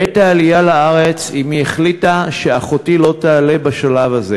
בעת העלייה לארץ אמי החליטה שאחותי לא תעלה בשלב הזה,